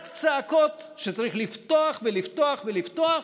רק צעקות שצריך לפתוח ולפתוח ולפתוח,